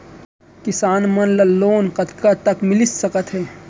किसान मन ला लोन कतका तक मिलिस सकथे?